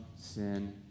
sin